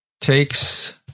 takes